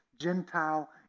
Gentile